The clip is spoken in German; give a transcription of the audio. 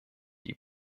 die